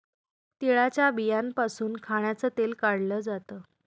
तिळाच्या बियांपासून खाण्याचं तेल काढल जात